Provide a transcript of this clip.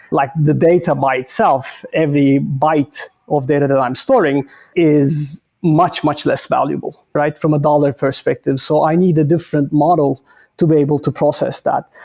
like the data by itself. every byte of data that i'm storing is much, much less valuable from a dollar perspective. so i need a different model to be able to process that.